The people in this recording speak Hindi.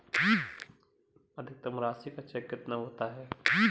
अधिकतम राशि का चेक कितना होता है?